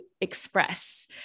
express